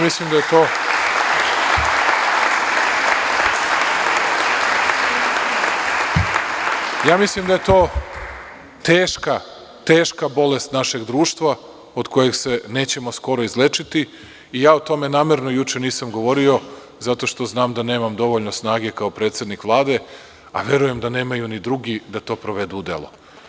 Mislim da je to teška bolest našeg društva od koje se nećemo skoro izlečiti i ja o tome namerno juče nisam govorio zato štoznam da nemam dovoljno snage, kao predsednik Vlade, a verujem da nemaju ni drugi da to provedu u delo.